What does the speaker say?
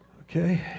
Okay